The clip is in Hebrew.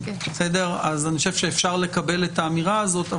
אני חושב שאפשר לקבל את האמירה הזאת,